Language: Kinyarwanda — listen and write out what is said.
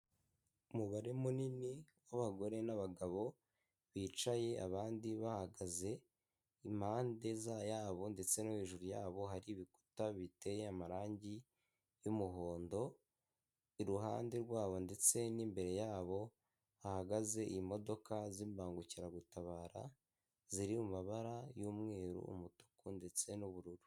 Umubare munini w'abagore n'abagabo bicaye abandi bahagaze impande za yabo ndetse no hejuru yabo hari ibikuta biteye amarangi y'umuhondo, iruhande rwabo ndetse n'imbere yabo hahagaze imodoka z'imbangukiragutabara ziri mu mabara y'umweru umutuku ndetse n'ubururu.